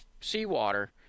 seawater